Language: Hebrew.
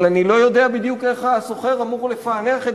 אבל אני לא יודע בדיוק איך השוכר אמור לפענח את